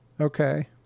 Okay